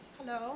Hello